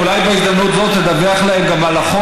ואולי בהזדמנות זאת לדווח להם גם על החוק